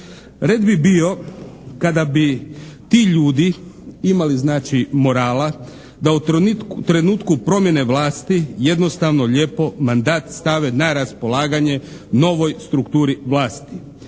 Red bi bio kada bi ti ljudi imali znači morala da u trenutku promjene vlasti jednostavno lijepo mandat stave na raspolaganje novoj strukturi vlasti.